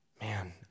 Man